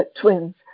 twins